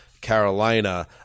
Carolina